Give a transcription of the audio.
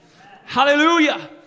Hallelujah